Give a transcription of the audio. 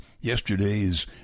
yesterday's